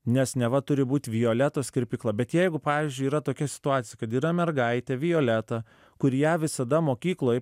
nes neva turi būt violetos kirpykla bet jeigu pavyzdžiui yra tokia situacija kad yra mergaitė violeta kur ją visada mokykloj